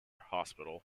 hospital